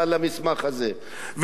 ולא רוצה לדבר על זה,